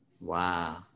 Wow